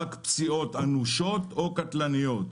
רק פציעות אנושות או קטלניות.